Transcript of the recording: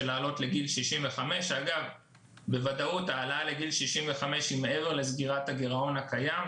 להעלות לגיל 65. בוודאות ההעלאה לגיל 65 היא מעבר לסגירת הגירעון הקיים.